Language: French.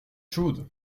chaude